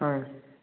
হয়